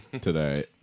today